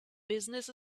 business